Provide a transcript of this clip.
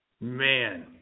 Man